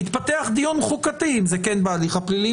יתפתח דיון חוקתי אם זה כן בהליך הפלילי,